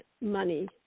money